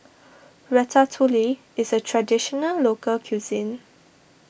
Ratatouille is a Traditional Local Cuisine